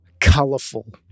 colourful